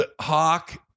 Hawk